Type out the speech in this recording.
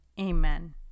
Amen